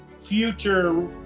future